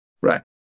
right